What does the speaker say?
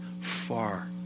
far